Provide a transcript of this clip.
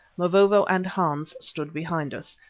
mavovo and hans stood behind us,